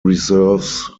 reserves